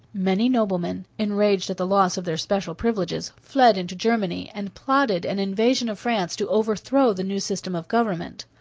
many noblemen, enraged at the loss of their special privileges, fled into germany and plotted an invasion of france to overthrow the new system of government.